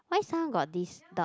why some got this dot